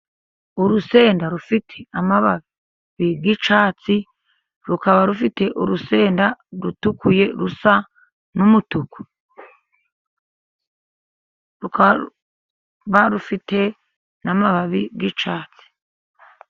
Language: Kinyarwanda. Urusenda rufite amababi y'icyatsi, rukaba rufite urusenda rutukuye rusa n'umutuku, rukaba rufite n'amababi y'icyatsi.